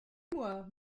moi